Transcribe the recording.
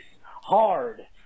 hard